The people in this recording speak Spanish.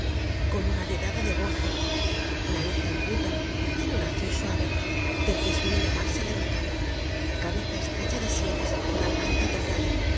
con una dedada de bozo nariz enjuta pelo lacio y suave del que suele llamarse de ratón cabeza estrecha de sienes garganta delgada